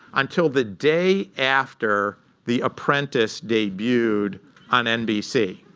until the day after the apprentice debuted on nbc.